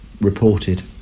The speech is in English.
reported